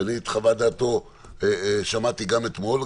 שאני את חוות דעתו שמעתי גם אתמול.